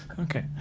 Okay